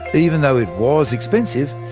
even though it was expensive,